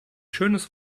schönes